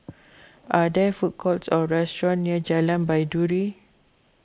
are there food courts or restaurants near Jalan Baiduri